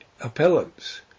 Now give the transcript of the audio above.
appellants